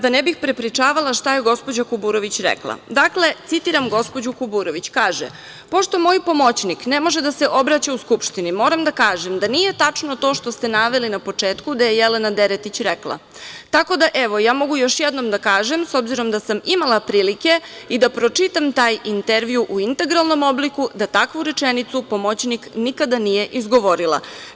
Da ne bih prepričavala šta je gospođa Kuburović rekla, dakle, citiram gospođu Kuburović, kaže – pošto moj pomoćnik ne može da se obraća u Skupštini, moram da kažem da nije tačno to što ste naveli na početku da je Jelena Deretić rekla, tako da, ja mogu još jednom da kažem, s obzirom da sam imala prilike i da pročitam taj intervju u integralnom obliku, da takvu rečenicu pomoćnik nikada nije izgovorila.